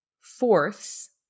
fourths